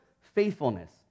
faithfulness